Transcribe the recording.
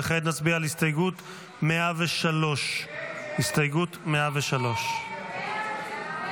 וכעת נצביע על הסתייגות 103. הסתייגות 103 לא נתקבלה.